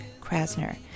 Krasner